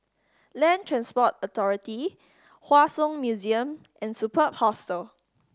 Land Transport Authority Hua Song Museum and Superb Hostel